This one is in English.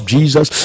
Jesus